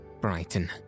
Brighton